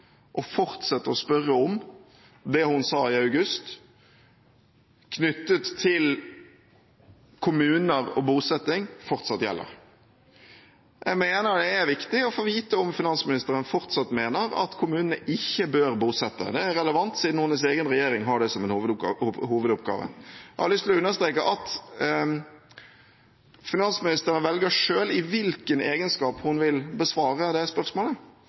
å fortsette å spørre om det hun sa i august knyttet til kommuner og bosetting, fortsatt gjelder. Jeg mener det er viktig å få vite om finansministeren fortsatt mener at kommunene ikke bør bosette. Det er relevant, siden noen i hennes egen regjering har det som en hovedoppgave. Jeg har lyst til å understreke at finansministeren velger selv i hvilken egenskap hun vil besvare det spørsmålet.